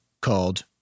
called